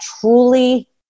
truly